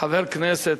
חבר כנסת,